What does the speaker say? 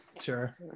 Sure